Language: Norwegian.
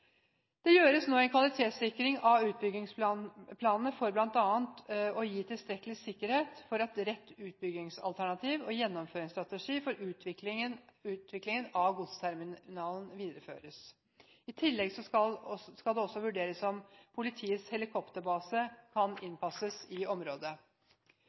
Det gjøres nå en kvalitetssikring av utbyggingsplanene for bl.a. å gi tilstrekkelig sikkerhet for at rett utbyggingsalternativ og gjennomføringsstrategi for utviklingen av godsterminalen videreføres. I tillegg skal det også vurderes om politiets helikopterbase kan innpasses i området.